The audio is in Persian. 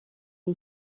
روی